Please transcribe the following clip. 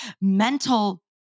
mental